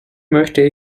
möchte